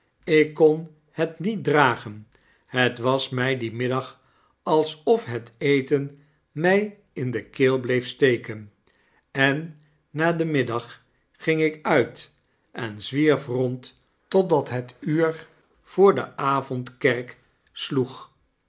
ik kon het niet dragen het was mij dien middag alsof het eten mij in de keel bleef steken en na den middag ging ik uit en zwierf rond totdat het uur voor de avondkerk sloeg